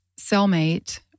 cellmate